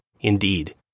indeed